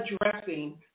addressing